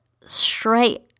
straight